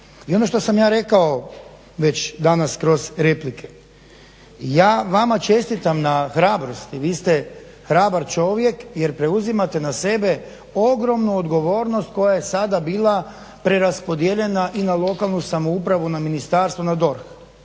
I ono što sam ja rekao već danas kroz replike. Ja vama čestitam na hrabrosti. Vi ste hrabar čovjek jer preuzimate na sebe ogromnu odgovornost koja je sada bila preraspodijeljena i na lokalnu samoupravu, na ministarstvo, na DORH.